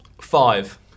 Five